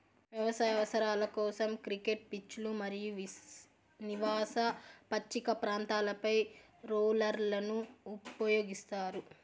వ్యవసాయ అవసరాల కోసం, క్రికెట్ పిచ్లు మరియు నివాస పచ్చిక ప్రాంతాలపై రోలర్లను ఉపయోగిస్తారు